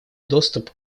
доступ